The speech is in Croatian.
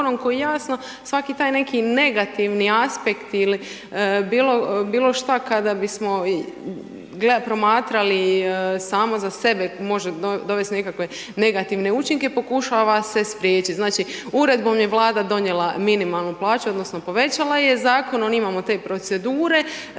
koji jasno svaki taj neki negativni aspekt ili bilo šta kada bismo promatrali samo za sebe, može dovesti nekakve negativne učinke, pokušava se spriječiti. Znači uredbom je Vlada donijela minimalnu plaću, odnosno povećala je, zakonom imamo te procedure,